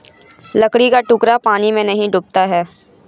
लकड़ी का टुकड़ा पानी में नहीं डूबता है